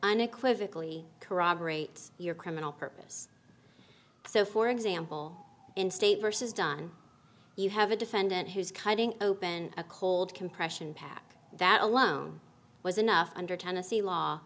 unequivocally corroborate your criminal purpose so for example in state versus done you have a defendant who's cutting open a cold compression pack that alone was enough under tennessee law